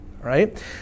right